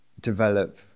develop